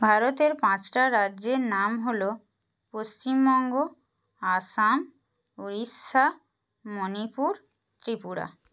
ভারতের পাঁচটা রাজ্যের নাম হল পশ্চিমবঙ্গ আসাম উড়িষ্যা মনিপুর ত্রিপুরা